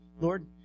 Lord